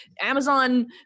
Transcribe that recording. Amazon